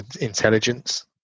intelligence